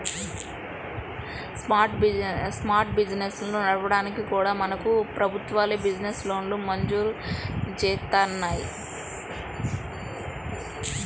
small బిజినెస్లను నడపడానికి కూడా మనకు ప్రభుత్వాలే బిజినెస్ లోన్లను మంజూరు జేత్తన్నాయి